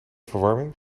verwarming